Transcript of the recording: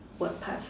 what part first